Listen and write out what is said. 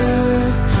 earth